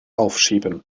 aufschieben